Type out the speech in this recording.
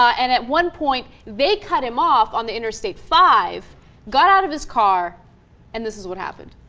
and at one point they cut him off on the interstate five got out of his car and this is what happened